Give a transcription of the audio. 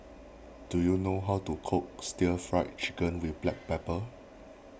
do you know how to cook Stir Fried Chicken with Black Pepper